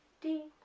d,